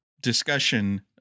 discussion